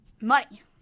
Money